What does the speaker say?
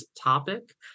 topic